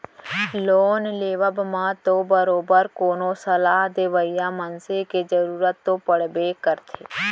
loan लेवब म तो बरोबर कोनो सलाह देवइया मनसे के जरुरत तो पड़बे करथे